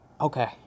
okay